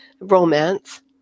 romance